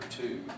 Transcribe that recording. two